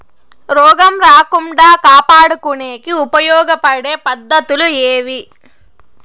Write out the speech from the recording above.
రోగం రాకుండా కాపాడుకునేకి ఉపయోగపడే పద్ధతులు ఏవి?